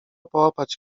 połapać